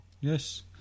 Yes